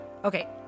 Okay